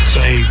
say